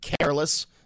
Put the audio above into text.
careless